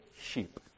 sheep